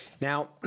Now